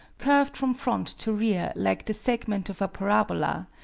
curved from front to rear like the segment of a parabola,